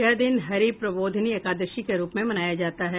यह दिन हरि प्रबोधिनी एकादशी के रूप में भी मनाया जाता है